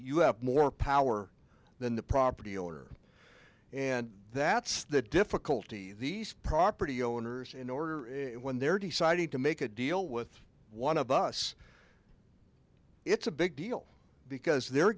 have more power than the property owner and that's the difficulty these property owners in order it when they're deciding to make a deal with one of us it's a big deal because they're